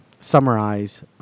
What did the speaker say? summarize